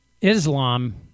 Islam